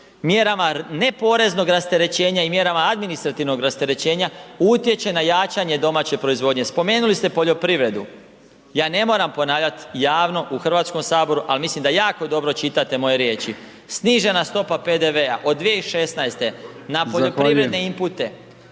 mjerama ne poreznog rasterećenja i mjerama administrativnog rasterećenja utječe na jačanje domaće proizvodnje. Spomenuli ste poljoprivredu. Ja ne moram ponavljati javno u Hrvatskom saboru a mislim da jako dobro čitate moje riječi. Snižena stopa PDV-a, od 2016. na poljoprivredne inpute.